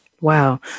Wow